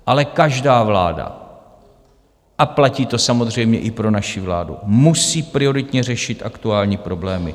Ale každá vláda, a platí to samozřejmě i pro naši vládu, musí prioritně řešit aktuální problémy.